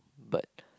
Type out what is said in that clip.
but